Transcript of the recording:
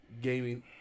gaming